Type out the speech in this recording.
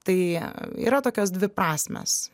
tai yra tokios dviprasmės